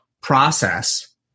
process